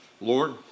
Lord